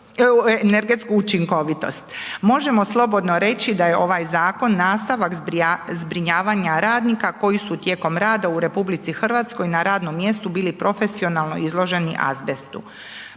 Možemo slobodno reći da je ovaj zakon nastavak zbrinjavanja radnika koji su tijekom rada u RH na radnom mjestu bili profesionalno izloženi azbestu.